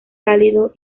cálido